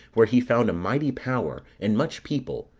where he found a mighty power, and much people,